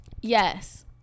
Yes